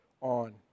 on